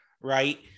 right